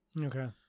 Okay